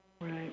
Right